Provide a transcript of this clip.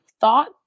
thought